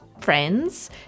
friends